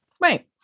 Right